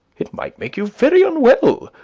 it might make you very unwell.